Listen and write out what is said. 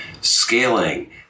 scaling